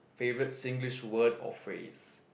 favourite Singlish word or phrase